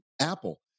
Apple